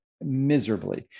miserably